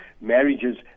marriages